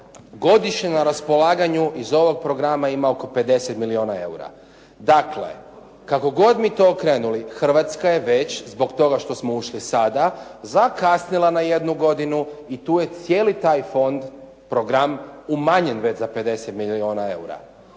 godišnje na raspolaganju iz ovog programa ima oko 50 milijuna eura. Dakle, kako god mi to okrenuli Hrvatska je već zbog toga što smo ušli sada zakasnila na jednu godinu i tu je cijeli taj fond, program umanjen već za 50 milijuna eura.